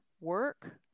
work